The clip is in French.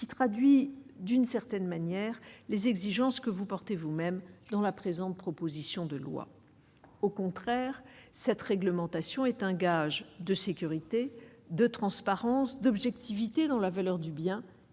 qui traduit d'une certaine manière, les exigences que vous portez vous-même dans la présente proposition de loi, au contraire, cette réglementation est un gage de sécurité, de transparence, d'objectivité dans la valeur du bien